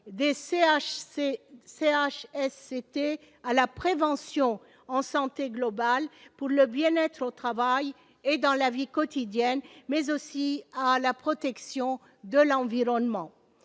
des CHSCT à la prévention en santé globale, pour le bien-être au travail et dans la vie quotidienne, mais aussi à la protection de l'environnement